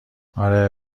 آره